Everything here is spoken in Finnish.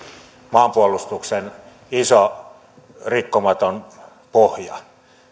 maanpuolustuksen iso rikkomaton pohja